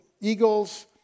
eagles